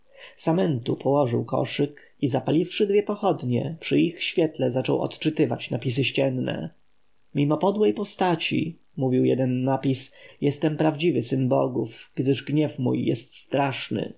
samentu położył koszyk i zapaliwszy dwie pochodnie przy ich świetle zaczął odczytywać napisy ścienne mimo podłej postaci mówił jeden napis jestem prawdziwy syn bogów gdyż gniew mój jest straszny